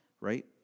right